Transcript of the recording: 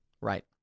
Right